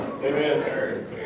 Amen